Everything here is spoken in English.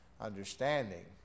understanding